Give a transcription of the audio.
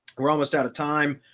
we're almost out of time.